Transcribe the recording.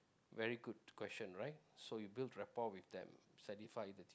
very good question right so you build rapport with them certified it